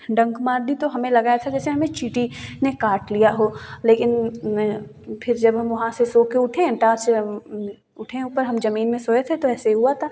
डंक मार दी तो हमें लगा ऐसे जैसे हमें चींटी ने काट लिया हो लेकिन मैं फिर जब हम वहाँ से सो कर उठें फटाक से उठे ऊपर हम ज़मीन में सोए थे तो ऐसे हुआ था